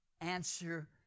answer